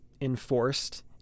enforced